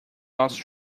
lost